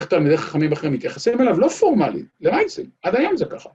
‫איך תלמדי חכמים אחרים מתייחסים אליו? ‫לא פורמלי. למעיישה, ‫עד היום זה ככה.